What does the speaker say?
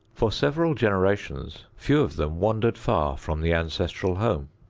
for several generations few of them wandered far from the ancestral home.